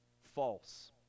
False